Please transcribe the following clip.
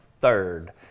third